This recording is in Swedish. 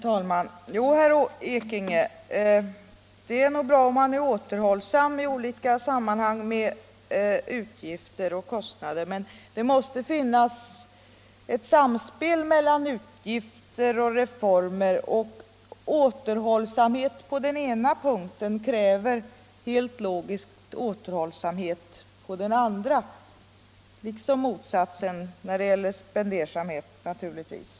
Herr talman! Jo, herr Ekinge, det är nog bra om man är återhållsam Tisdagen den i olika sammanhang med utgifter och kostnader, men det måste finnas 20 maj 1975 ett samspel mellan utgifter och reformer, och återhållsamhet på den ena punkten kräver helt logiskt återhållsamhet på den andra; liksom mot — Arbetsmarknadsutsatsen när det gäller spendersamhet naturligtvis.